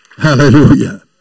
Hallelujah